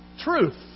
truth